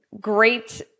Great